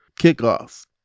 kickoffs